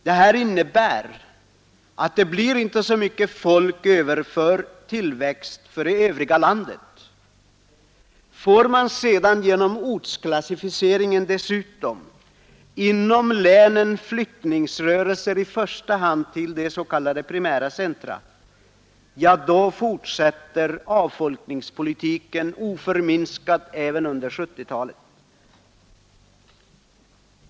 Det innebär att det inte blir så mycket folk över för tillväxt i det övriga landet. Får man genom ortsklassificeringen dessutom inom länen flyttningsrörelser, i första hand till de s.k. primära centra, då fortsätter avfolkningspolitiken oförminskat även under 1970-talet.